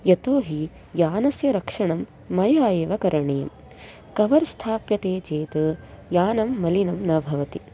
यतो हि यानस्य रक्षणं मया एव करणीयं कवर् स्थाप्यते चेत् यानं मलिनं न भवति